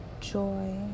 joy